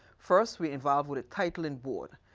first, we involve with the title and board.